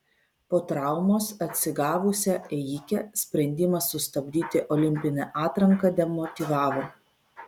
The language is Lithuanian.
po traumos atsigavusią ėjikę sprendimas sustabdyti olimpinę atranką demotyvavo